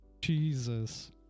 jesus